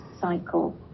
cycle